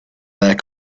their